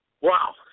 Wow